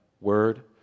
word